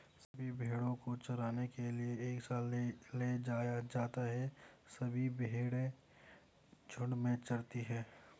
सभी भेड़ों को चराने के लिए एक साथ ले जाया जाता है सभी भेड़ें झुंड में चरती है